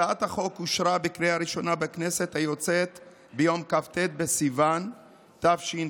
הצעת החוק אושרה בקריאה ראשונה בכנסת היוצאת ביום כ"ט בסיוון התשפ"ב,